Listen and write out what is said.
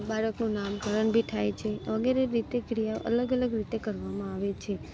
બાળકનું નામકરણ બી થાય છે વગેરે રીતે ક્રિયાઓ અલગ અલગ રીતે કરવામાં આવે છે